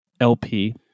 LP